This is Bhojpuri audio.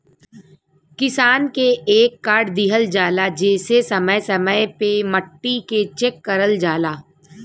किसान के एक कार्ड दिहल जाला जेसे समय समय पे मट्टी के चेक करल जाला